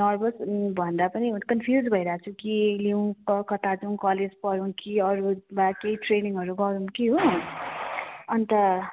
nervous भन्दा पनि confuse भइरहेको छु के लिऊँ क कता जाऊँ कलेज पढौँ कि अरू वा केही ट्रेनिङहरू गरौँ कि हो अन्त